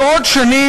בעוד שנים,